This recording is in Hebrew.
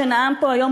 שנאם פה היום,